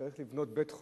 שצריך לבנות בית-חולים